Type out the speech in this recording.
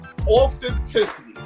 authenticity